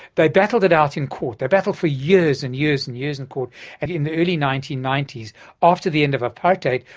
they battled it out in court they battled for years and years and years in court and in the early nineteen ninety s after the end of apartheid,